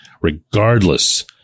regardless